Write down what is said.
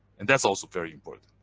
and that's also very important.